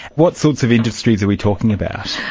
what sorts of industries are we talking about?